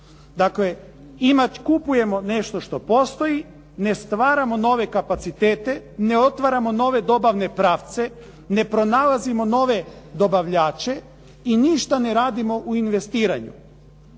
Dakle, kupujemo nešto što postoji, ne stvaramo nove kapacitete, ne otvaramo nove dobavne pravce, ne pronalazimo nove dobavljače i ništa ne radimo u investiranju.